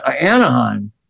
Anaheim